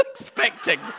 expecting